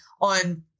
on